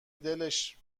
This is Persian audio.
دلش